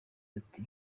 ati